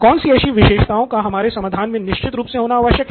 कौन सी विशेषताओं का हमारे समाधान में निश्चित रूप होना आवश्यक है